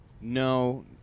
No